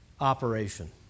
operation